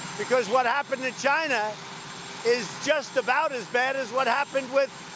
because what happened in china is just about as bad as what happened with